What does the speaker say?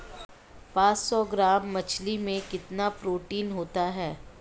पांच सौ ग्राम मछली में कितना प्रोटीन होता है?